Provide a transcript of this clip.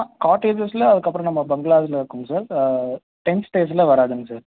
ஆ காட்டேஜஸில் அதுக்கப்புறம் நம்ம பங்களாதுல இருக்குங்க சார் டென்ட் ஸ்டேஸ்லாம் வராதுங்க சார்